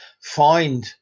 find